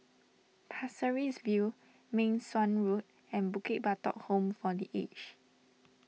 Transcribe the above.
Pasir Ris View Meng Suan Road and Bukit Batok Home for the Aged